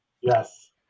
yes